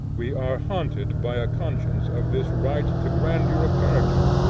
we are haunted by a conscience of this right to grandeur of character,